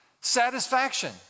satisfaction